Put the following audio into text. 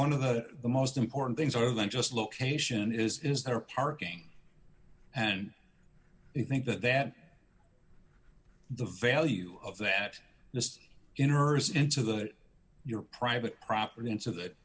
one of the the most important things other than just location is is there parking and you think that that the value of that list in hers into that your private property and so that